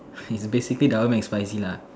so it's basically double Mac spicy lah